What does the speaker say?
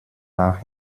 nach